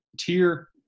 tier